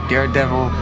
Daredevil